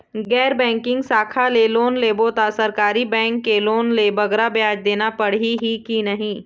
गैर बैंकिंग शाखा ले लोन लेबो ता सरकारी बैंक के लोन ले बगरा ब्याज देना पड़ही ही कि नहीं?